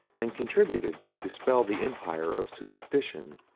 and contributed to dispel the empire of superstition,